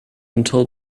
until